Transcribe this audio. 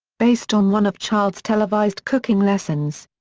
based on one of child's televised cooking lessons.